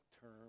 term